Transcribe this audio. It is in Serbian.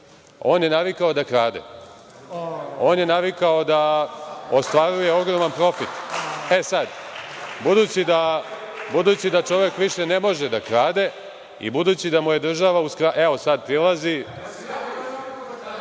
on je navikao da krade. On je navikao da ostvaruje ogroman profit. Budući da čovek više ne može da krade i budući da mu je država uskratila… evo sad prilazi…(Saša